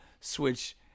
Switch